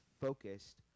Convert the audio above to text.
focused